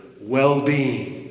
well-being